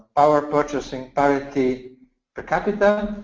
our purchasing parity per capita,